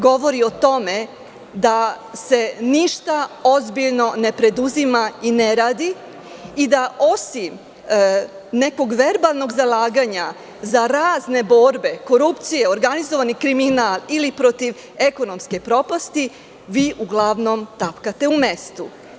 Govori o tome, da se ništa ozbiljno ne preduzima i ne radi i da osim nekog verbalnog zalaganja za razne borbe, korupcije, organizovani kriminal, ili protiv ekonomske propasti, vi uglavnom tapkate u mestu.